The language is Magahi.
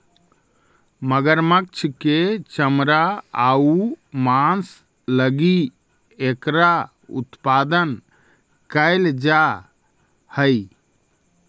मगरमच्छ के चमड़ा आउ मांस लगी एकरा उत्पादन कैल जा हइ